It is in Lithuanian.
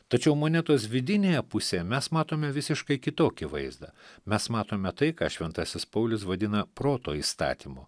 tačiau monetos vidinėje pusėje mes matome visiškai kitokį vaizdą mes matome tai ką šventasis paulius vadina proto įstatymu